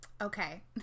Okay